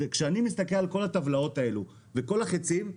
כשאני מסתכל על כל הטבלאות האלה ועל כל החיצים,